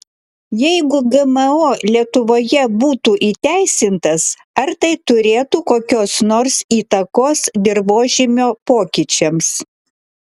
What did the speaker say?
jeigu gmo lietuvoje būtų įteisintas ar tai turėtų kokios nors įtakos dirvožemio pokyčiams